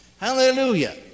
Hallelujah